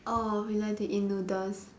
oh you like to eat noodles